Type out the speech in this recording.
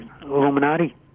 Illuminati